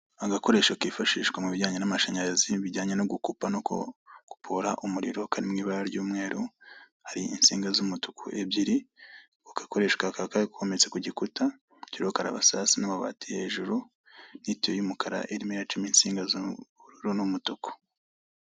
Agakoresho kifashishwa mu bijyanye n'amashanyarazi, bijyanye no gukupa no gukupura umuriro, ka mu ibara ry'umweru hari insinga z'umutuku, ebyiri uko gakoreshwa kakaba gacometse ku gikuta, kiriho karabasasa n'amabati hejuru n'itiyo y'umukara irimo iracamo insinga z'ubururu n'umutuku.